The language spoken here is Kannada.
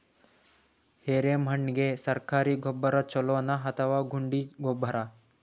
ಎರೆಮಣ್ ಗೆ ಸರ್ಕಾರಿ ಗೊಬ್ಬರ ಛೂಲೊ ನಾ ಅಥವಾ ಗುಂಡಿ ಗೊಬ್ಬರ?